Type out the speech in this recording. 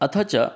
अथ च